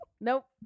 Nope